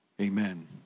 Amen